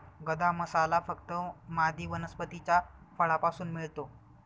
गदा मसाला फक्त मादी वनस्पतीच्या फळापासून मिळतो